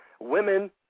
women